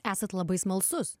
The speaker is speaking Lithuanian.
esat labai smalsus